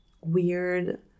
weird